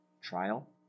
trial